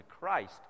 Christ